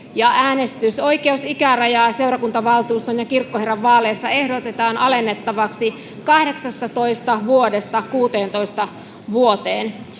Äänestysoikeusikärajaa seurakuntavaltuuston ja kirkkoherran vaaleissa ehdotetaan alennettavaksi 18 vuodesta 16 vuoteen.